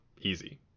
easy